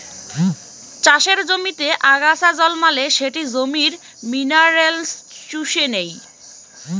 চাষের জমিতে আগাছা জন্মালে সেটি জমির মিনারেলস চুষে নেই